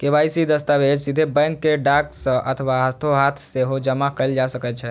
KYC दस्तावेज सीधे bank कें डाक सं अथवा हाथोहाथ सेहो जमा कैल जा सकै छै